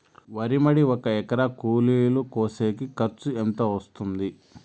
వరి మడి ఒక ఎకరా కూలీలు కోసేకి ఖర్చు ఎంత వస్తుంది?